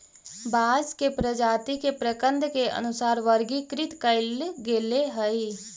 बांस के प्रजाती के प्रकन्द के अनुसार वर्गीकृत कईल गेले हई